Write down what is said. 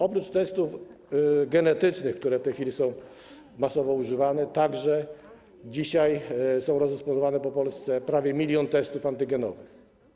Oprócz testów genetycznych, które w tej chwili są masowo używane, także dzisiaj jest rozdysponowanych po Polsce prawie 1 mln testów antygenowych.